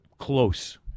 close